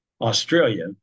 Australia